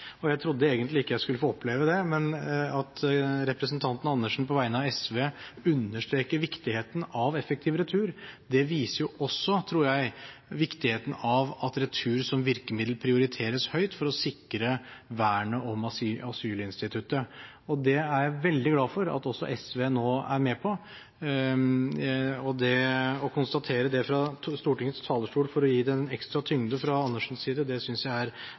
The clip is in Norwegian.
jeg trodde egentlig ikke at jeg skulle få oppleve det – at representanten Andersen på vegne av SV understreker viktigheten av effektiv retur. Det viser også, tror jeg, viktigheten av at retur som virkemiddel prioriteres høyt for å sikre vernet om asylinstituttet, og det er jeg veldig glad for at også SV nå er med på. Å konstatere det fra Stortingets talerstol for å gi det en ekstra tyngde fra Andersens side synes jeg er